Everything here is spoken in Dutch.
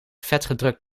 vetgedrukt